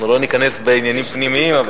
אנחנו לא ניכנס לעניינים פנימיים.